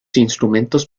instrumentos